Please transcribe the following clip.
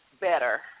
better